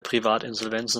privatinsolvenzen